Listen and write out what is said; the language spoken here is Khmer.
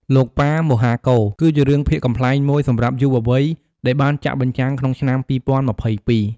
លោកប៉ាមហាកូរ គឺជារឿងភាគកំប្លែងមួយសម្រាប់យុវវ័យ ដែលបានចាក់បញ្ចាំងក្នុងឆ្នាំ ២០២២។